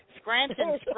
Scranton